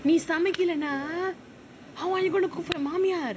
நீ சமைக்கலான:nee samaikalaanaa how are you going to cook for your மாமியார்:maamiyar